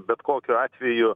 bet kokiu atveju